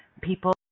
People